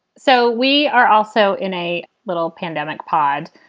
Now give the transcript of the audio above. so we are also in a little pandemic pod.